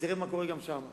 ותראו מה קורה גם שם.